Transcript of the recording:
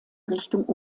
richtung